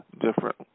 different